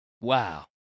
Wow